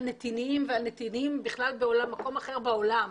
נתינים ועל נתינים בכלל במקום אחר בעולם,